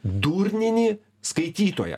durnini skaitytoją